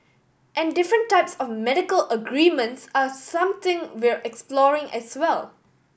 and different types of medical arrangements are something we're exploring as well